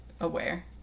aware